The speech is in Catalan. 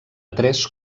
tres